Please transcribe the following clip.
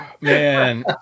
man